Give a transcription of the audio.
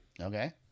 Okay